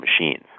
machines